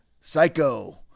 Psycho